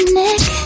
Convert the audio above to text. neck